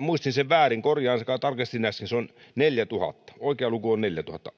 muistin sen väärin korjaan tarkistin äsken se on neljätuhatta oikea luku on neljätuhatta